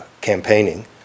campaigning